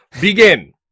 begin